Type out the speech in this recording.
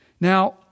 Now